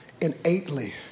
innately